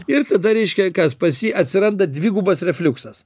ir tada reiškia kas pas jį atsiranda dvigubas refliuksas